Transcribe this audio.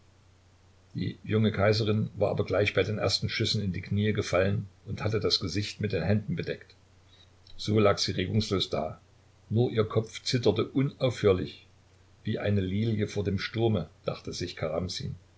die junge kaiserin war aber gleich bei den ersten schüssen in die kniee gefallen und hatte das gesicht mit den händen bedeckt so lag sie regungslos da nur ihr kopf zitterte unaufhörlich wie eine lilie vor dem sturme dachte sich